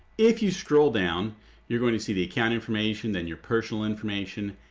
if you scroll down you're going to see the account information, then your personal information,